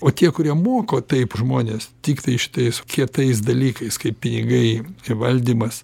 o tie kurie moko taip žmones tiktai šitais kietais dalykais kaip pinigai kaip valdymas